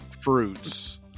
fruits